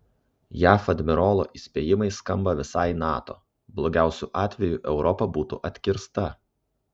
jav admirolo įspėjimai skamba visai nato blogiausiu atveju europa būtų atkirsta